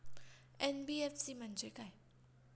NBFC म्हणजे काय?